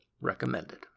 recommended